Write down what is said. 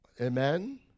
Amen